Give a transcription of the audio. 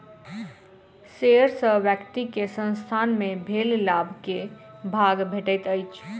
share सॅ व्यक्ति के संसथान मे भेल लाभ के भाग भेटैत अछि